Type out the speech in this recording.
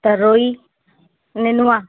तरोई नेनुवाँ